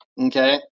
okay